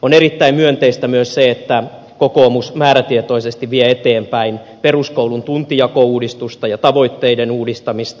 on erittäin myönteistä myös se että kokoomus määrätietoisesti vie eteenpäin peruskoulun tuntijakouudistusta ja tavoitteiden uudistamista